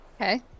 Okay